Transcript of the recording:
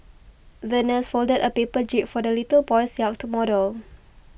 the nurse folded a paper jib for the little boy's yacht model